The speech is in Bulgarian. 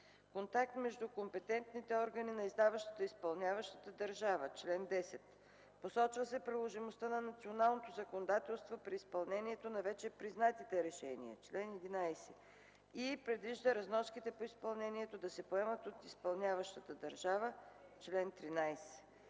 контакт между компетентните органи на издаващата и изпълняващата държава (чл. 10). Посочва и приложимостта на националното законодателство при изпълнението на вече признатите решения (чл. 11) и предвижда разноските по изпълнението да се поемат от изпълняващата държава (чл. 13).